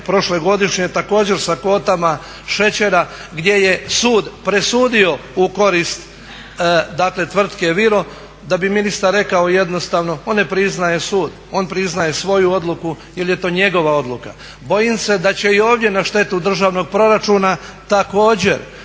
prošlogodišnje također sa kvotama šećera gdje je sud presudio u korist dakle tvrtke Viro da bi ministar rekao jednostavno on ne priznaje sud, on priznaje svoju odluku jer je to njegova odluka. Bojim se da će i ovdje na štetu državnog proračuna također